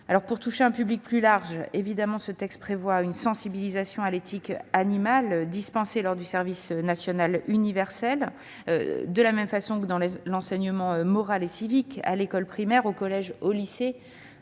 Pour toucher un public plus large, ce texte prévoit qu'une sensibilisation à l'éthique animale sera dispensée lors du service national universel, mais aussi dans le cadre de l'enseignement moral et civique, à l'école primaire, au collège et au lycée.